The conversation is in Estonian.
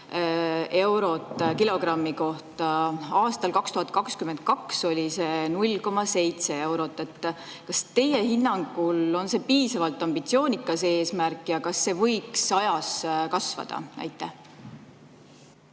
kohta 0,9 eurot. Aastal 2022 oli see 0,7 eurot. Kas teie hinnangul on see piisavalt ambitsioonikas eesmärk ja kas see võiks ajas kasvada? Aitäh!